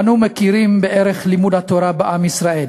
אנו מכירים בערך לימוד התורה בעם ישראל,